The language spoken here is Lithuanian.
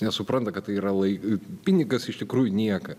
nesupranta kad tai yra lai pinigas iš tikrųjų nieka